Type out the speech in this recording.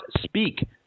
speak